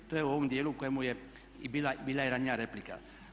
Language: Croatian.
To je u ovom dijelu u kojem je bila i ranija replika.